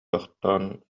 тохтоон